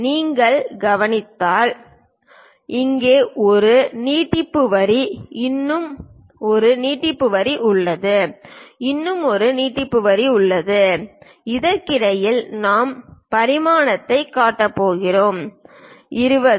நீங்கள் கவனித்தால் இங்கே ஒரு நீட்டிப்பு வரி இன்னும் ஒரு நீட்டிப்பு வரி உள்ளது இன்னும் ஒரு நீட்டிப்பு வரி உள்ளது அதற்கிடையில் நாம் பரிமாணத்தைக் காட்டப் போகிறோம் 20